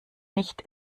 nicht